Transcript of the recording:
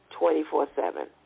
24-7